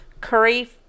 curry